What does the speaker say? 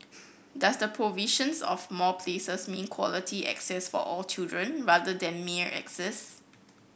does the provisions of more places mean quality access for all children rather than mere access